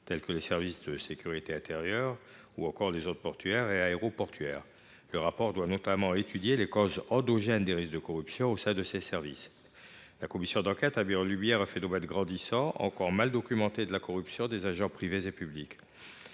tels que les services de sécurité intérieure, ou encore au sein des zones portuaires et aéroportuaires. Le rapport doit notamment étudier les causes endogènes des risques de corruption au sein de ces services. La commission d’enquête du Sénat a mis en lumière un phénomène grandissant et encore mal documenté de corruption des agents privés et publics.